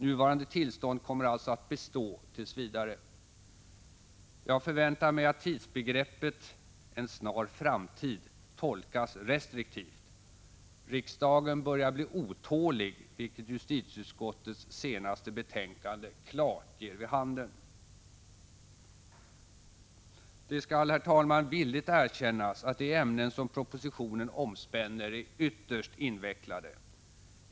Nuvarande tillstånd kommer alltså att bestå tills vidare. Jag förväntar mig att tidsbegreppet ”en snar framtid” tolkas restriktivt. Riksdagen börjar bli otålig, vilket justitieutskottets senaste betänkande klart ger vid handen. Det skall, herr talman, villigt erkännas att de ämnen som propositionen omspänner är ytterst invecklade.